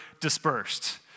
dispersed